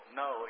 no